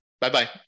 Bye-bye